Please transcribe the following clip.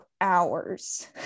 hours